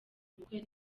ubukwe